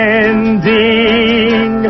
ending